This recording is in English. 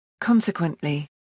consequently